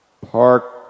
Park